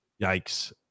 yikes